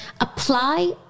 apply